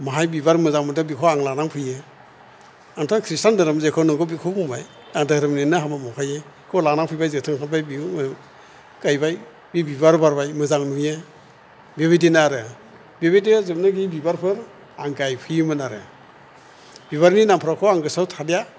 माहाय बिबार मोजां मोनदों बिखौ आं लानानै फैयो आंथ' ख्रिष्टान धोरोम जेखौ नंगौ बिखौ बुंबाय आं धोरोमनिनो हाबा मावखायो बिखौ लानानै फैबाय जोथोन खालाबाय बिबो गायबाय बिबार बारबाय मोजां नुयो बिबायदिनो आरो बिबायदिया जोबोर बिबारफोर आं गायफैयोमोन आरो बिबारनि नामफोराखौ आं गोसोआव थालिया